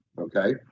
okay